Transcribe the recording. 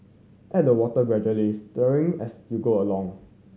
add the water gradually stirring as you go along